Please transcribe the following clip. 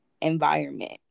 environment